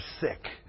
sick